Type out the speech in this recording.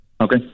Okay